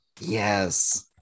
Yes